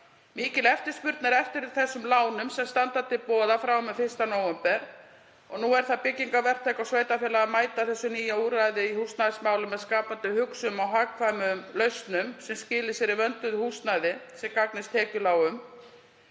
Mikil eftirspurn er eftir þessum lánum sem standa til boða frá og með 1. nóvember og nú er það byggingarverktaka og sveitarfélaga að mæta þessu nýja úrræði í húsnæðismálum með skapandi hugsun og hagkvæmum lausnum sem skila sér í vönduðu húsnæði sem gagnast tekjulágum.